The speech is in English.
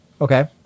okay